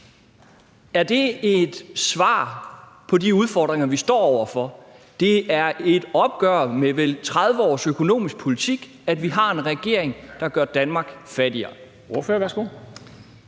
Er det et svar på de udfordringer, vi står over for? Det er et opgør med vel 30 års økonomisk politik, at vi har en regering, der gør Danmark fattigere.